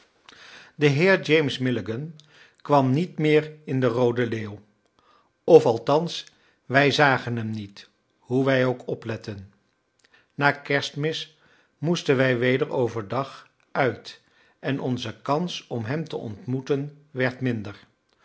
de heer james milligan kwam niet meer in de roode leeuw of althans wij zagen hem niet hoe wij ook opletten na kerstmis moesten wij weder overdag uit en onze kans om hem te ontmoeten werd minder